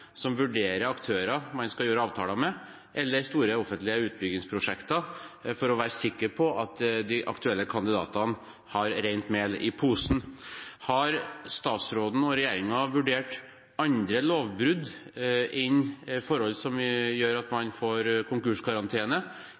som vurderer aktører man skal gjøre avtaler med, eller store offentlige utbyggingsprosjekter, for å være sikker på at de aktuelle kandidatene har rent mel i posen. Har statsråden og regjeringen i det registeret som eventuelt er på trappene, vurdert andre lovbrudd enn forhold som gjør at man får konkurskarantene,